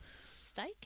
steak